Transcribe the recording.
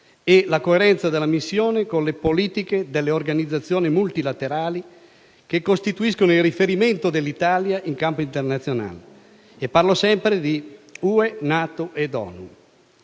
della nostra politica estera e con le politiche delle organizzazioni multilaterali che costituiscono il riferimento dell'Italia in campo internazionale, e parlo sempre di UE, NATO ed ONU.